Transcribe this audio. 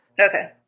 Okay